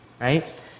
right